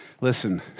listen